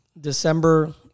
december